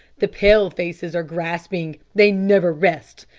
the pale-faces are grasping. they never rest.